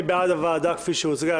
מי בעד הוועדה כפי שהוצגה?